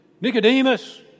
Nicodemus